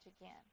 again